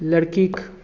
लड़कीक